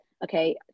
Okay